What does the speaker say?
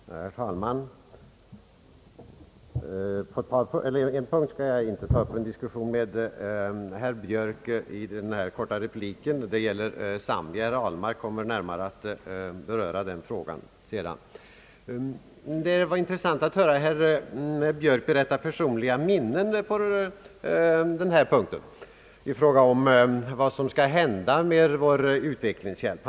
Herr talman! På en punkt skall jag inte ta upp någon diskussion med herr Björk i den här korta repliken, och det gäller Zambia; herr Ahlmark kommer närmare att beröra den frågan längre fram under debatten. Det var intressant att höra herr Björk berätta personliga minnen när han talade om vad som skall hända med vår utvecklingshjälp.